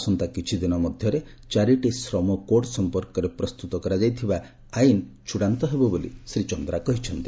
ଆସନ୍ତା କିଛିଦିନ ମଧ୍ୟରେ ଚାରୋଟି ଶ୍ରମ କୋଡ୍ ସମ୍ପର୍କରେ ପ୍ରସ୍ତୁତ କରାଯାଉଥିବା ଆଇନ ଚୂଡାନ୍ତ ହେବ ବୋଲି ଶ୍ରୀ ଚନ୍ଦ୍ରା କହିଚ୍ଛନ୍ତି